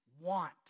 want